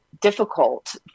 difficult